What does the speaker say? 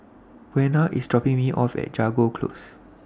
Buena IS dropping Me off At Jago Close